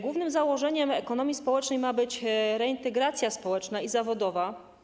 Głównym założeniem ekonomii społecznej ma być reintegracja społeczna i zawodowa.